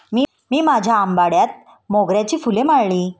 मी माझ्या आंबाड्यात मोगऱ्याची फुले माळली